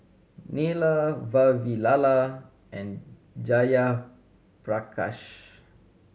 Neila Vavilala and Jayaprakash